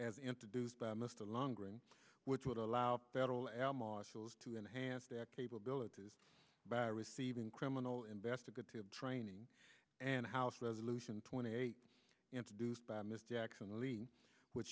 as introduced by mr long green which would allow federal air marshals to enhance their capabilities by receiving criminal investigative training and house resolution twenty eight introduced by mr jackson le